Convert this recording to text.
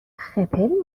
خپل